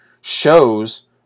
shows